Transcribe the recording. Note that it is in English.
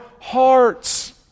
hearts